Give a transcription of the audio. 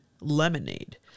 lemonade